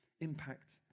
impact